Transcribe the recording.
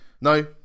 no